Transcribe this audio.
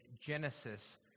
Genesis